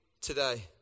today